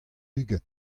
ugent